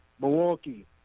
Milwaukee